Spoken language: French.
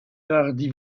hardi